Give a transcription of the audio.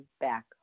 back